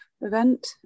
event